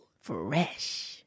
Fresh